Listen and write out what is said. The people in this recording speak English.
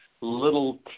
little